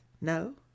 No